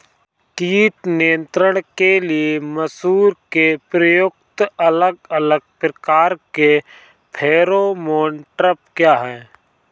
कीट नियंत्रण के लिए मसूर में प्रयुक्त अलग अलग प्रकार के फेरोमोन ट्रैप क्या है?